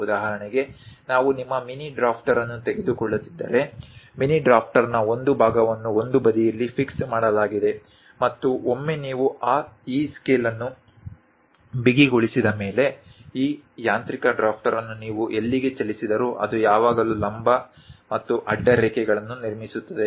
ಉದಾಹರಣೆಗೆ ನಾವು ನಿಮ್ಮ ಮಿನಿ ಡ್ರಾಫ್ಟರ್ ಅನ್ನು ತೆಗೆದುಕೊಳ್ಳುತ್ತಿದ್ದರೆ ಮಿನಿ ಡ್ರಾಫ್ಟರ್ನ ಒಂದು ಭಾಗವನ್ನು ಒಂದು ಬದಿಯಲ್ಲಿ ಫಿಕ್ಸ್ ಮಾಡಲಾಗಿದೆ ಮತ್ತು ಒಮ್ಮೆ ನೀವು ಈ ಸ್ಕೇಲ್ ಅನ್ನು ಬಿಗಿಗೊಳಿಸಿದ ಮೇಲೆ ಈ ಯಾಂತ್ರಿಕ ಡ್ರಾಫ್ಟರ್ ಅನ್ನು ನೀವು ಎಲ್ಲಿಗೆ ಚಲಿಸಿದರೂ ಅದು ಯಾವಾಗಲೂ ಲಂಬ ಮತ್ತು ಅಡ್ಡ ರೇಖೆಗಳನ್ನು ನಿರ್ಮಿಸುತ್ತದೆ